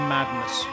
Madness